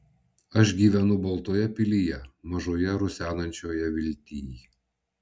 aš gyvenu baltoje pilyje mažoje rusenančioje viltyj